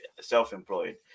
self-employed